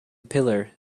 pillar